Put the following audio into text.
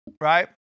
Right